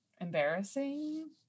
embarrassing